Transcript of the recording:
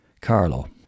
Carlo